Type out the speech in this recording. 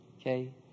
okay